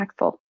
impactful